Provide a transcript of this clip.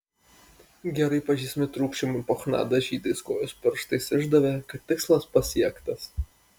gerai pažįstami trūkčiojimai po chna dažytais kojos pirštais išdavė kad tikslas pasiektas